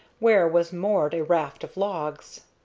where was moored a raft of logs.